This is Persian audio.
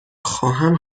خواهم